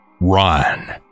run